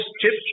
chips